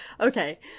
Okay